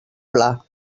pla